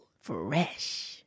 Fresh